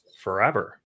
forever